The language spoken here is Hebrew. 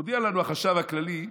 מודיע לנו החשב הכללי: